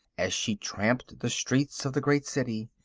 as she tramped the streets of the great city.